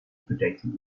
predating